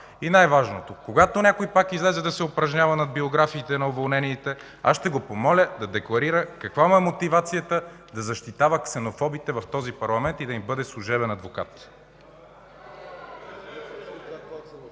И най-важното: когато някой пак излезе да се упражнява над биографиите на уволнените, ще го помоля да декларира каква му е мотивацията да защитава ксенофобите в този парламент и да им бъде служебен адвокат!